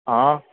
હ